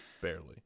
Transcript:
barely